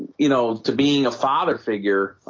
you know to being a father figure